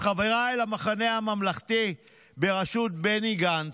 אז חבריי למחנה הממלכתי בראשות בני גנץ,